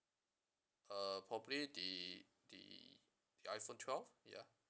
uh probably the the the iphone twelve ya